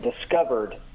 discovered